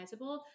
customizable